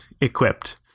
equipped